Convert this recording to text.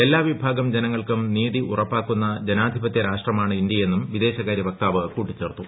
എല്ലാ വിഭാഗം ജനങ്ങൾക്കും നീതീ ഉറപ്പാക്കുന്ന ജനാധിപതൃ രാഷ്ട്രമാണ് ഇന്തൃയെന്നും വിദേശകാരൃ വക്താവ് കൂട്ടിച്ചേർത്തു